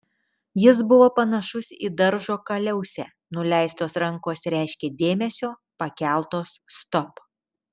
jis buvo panašus į daržo kaliausę nuleistos rankos reiškė dėmesio pakeltos stop